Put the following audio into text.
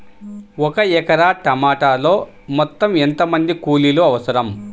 ఒక ఎకరా టమాటలో మొత్తం ఎంత మంది కూలీలు అవసరం?